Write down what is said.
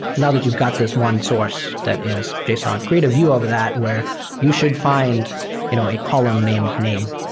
now that you've got this one source that is json. creative a view over that where you should find you know a column named name,